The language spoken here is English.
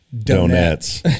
Donuts